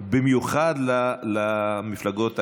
במיוחד למפלגות הקטנות.